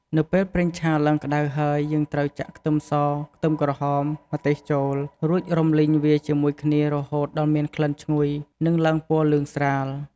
នៅពេលប្រេងឆាឡើងក្តៅហើយ យើងត្រូវចាក់ខ្ទឹមស ខ្ទឹមក្រហម ម្ទេសចូល រួចរំលីងវាជាមួយគ្នារហូតដល់មានក្លិនឈ្ងុយ និងឡើងពណ៌លឿងស្រាល។